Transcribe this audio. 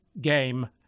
game